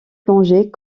plongée